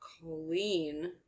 Colleen